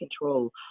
control